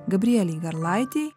gabrielei garlaitei